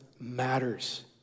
matters